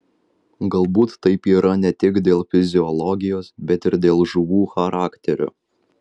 galbūt taip yra ne tik dėl fiziologijos bet ir dėl žuvų charakterio